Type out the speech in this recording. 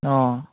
অঁ